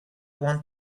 want